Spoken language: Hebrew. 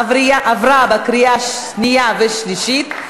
עברה בקריאה שנייה ושלישית,